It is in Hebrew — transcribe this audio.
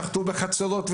שחטו בחצרות,